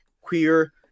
queer